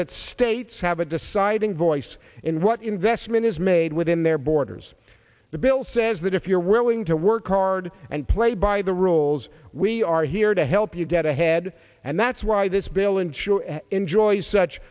that states have a deciding voice in what investment is made within their borders the bill says that if you're willing to work hard and play by the rules we are here to help you get ahead and that's why this bill ensure enjoys such